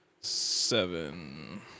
Seven